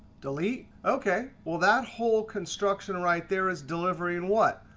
delete. ok. well, that whole construction right there is delivering what?